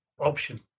option